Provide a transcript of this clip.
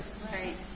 Right